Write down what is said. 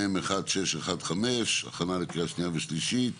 מ/1615 הכנה לקריאה שניה ושלישית.